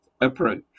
approach